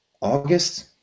August